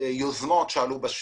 יוזמות שעלו בשטח.